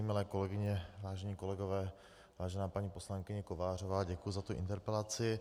Milé kolegyně, vážení kolegové, vážená paní poslankyně Kovářová, děkuji za tu interpelaci.